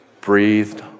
Breathed